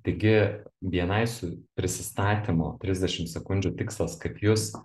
taigi bni su prisistatymo trisdešim sekundžių tikslas kad jus